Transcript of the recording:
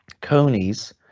Conies